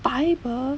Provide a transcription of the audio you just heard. bible